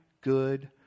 good